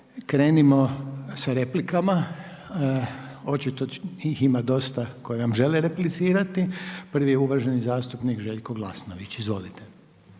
Krenimo sa replikama, očito ih ima dosta koji vam žele replicirati. Prvi je uvaženi zastupnik Željko Glasnović. Izvolite.